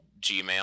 Gmail